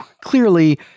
clearly